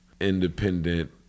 independent